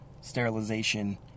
sterilization